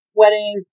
wedding